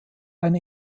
eine